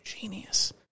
genius